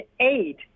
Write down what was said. eight